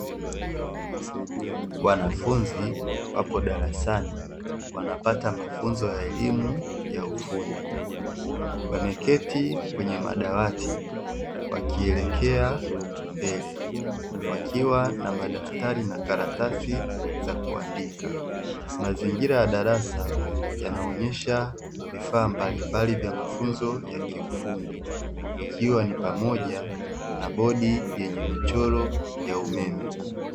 Wanafunzi wapo darasani wanapata mafunzo ya elimu ya ufundi. Wameketi kwenye madawati wakielekea mbele wakiwa na madaftari na karatasi za kuandika. Mazingira ya darasa yanaonyesha vifaa mbalimbali vya mafunzo ya kiufundi ikiwa ni pamoja na bodi yenye michoro ya umeme.